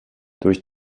durch